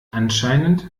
anscheinend